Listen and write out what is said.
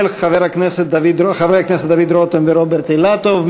של חברי הכנסת דוד רותם ורוברט אילטוב.